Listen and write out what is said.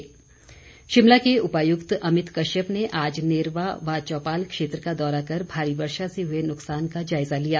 सडकें शिमला के उपायुक्त अमित कश्यप ने आज नेरवा व चौपाल क्षेत्र का दौरा कर भारी वर्षा से हुए नुकसान का जायजा लिया